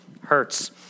hurts